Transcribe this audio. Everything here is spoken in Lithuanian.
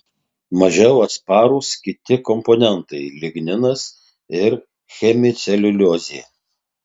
mažiau atsparūs kiti komponentai ligninas ir hemiceliuliozė